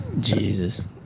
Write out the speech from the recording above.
Jesus